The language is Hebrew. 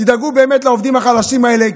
תדאגו באמת לעובדים החלשים האלה,